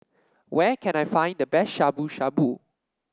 where can I find the best Shabu Shabu